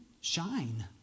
shine